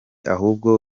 ahubwo